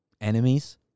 Enemies